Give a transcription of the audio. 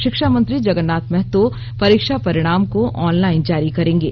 षिक्षामंत्री जगन्नाथ महतो परीक्षा परिणाम को ऑनलाइन जारी करेंगे